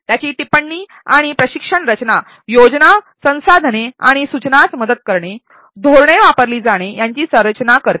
त्याची टिप्पणी आणि प्रशिक्षक रचना योजना संसाधने आणि सूचनास मदत करणे धोरणे वापरली जाणे यांची संरचना करते